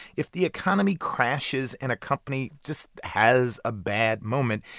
if the economy crashes and a company just has a bad moment,